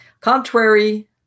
contrary